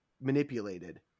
manipulated